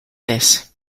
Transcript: this